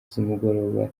z’umugoroba